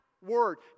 word